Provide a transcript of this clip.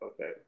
okay